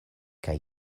kaj